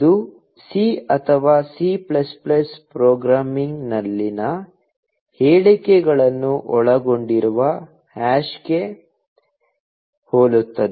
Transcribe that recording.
ಇದು C ಅಥವಾ C ಪ್ರೋಗ್ರಾಮಿಂಗ್ನಲ್ಲಿನ ಹೇಳಿಕೆಗಳನ್ನು ಒಳಗೊಂಡಿರುವ ಹ್ಯಾಶ್ಗೆ ಹೋಲುತ್ತದೆ